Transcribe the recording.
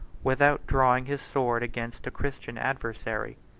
without drawing his sword against a christian adversary.